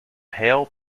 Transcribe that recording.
hail